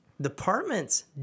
departments